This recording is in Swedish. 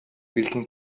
vilken